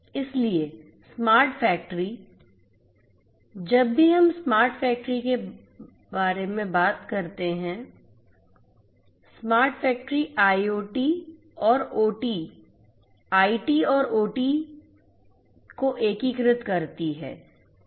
इसलिए smart factory जब भी हम स्मार्ट फैक्टरी के बारे में बात कर रहे हैं स्मार्ट फैक्टरी आईटी और ओटी को एकीकृत करती है